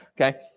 Okay